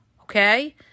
okay